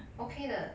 okay 的